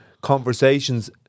conversations